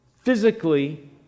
physically